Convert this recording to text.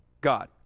God